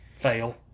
Fail